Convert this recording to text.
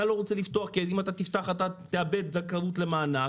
אתה לא רוצה לפתוח כי אם אתה תפתח אתה תאבד זכאות למענק,